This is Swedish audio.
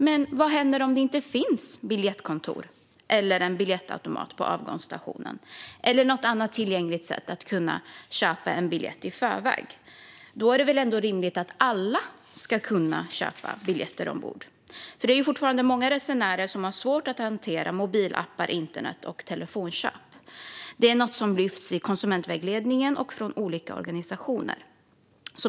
Men vad händer om det inte finns biljettkontor eller biljettautomater på avgångsstationen, eller något annat tillgängligt sätt att köpa biljett i förväg? Då är det väl ändå rimligt att alla ska kunna köpa biljett ombord? Många resenärer har ju fortfarande svårt att hantera mobilappar, internet och telefonköp. Detta är något som lyfts i konsumentvägledningen och från olika organisationer.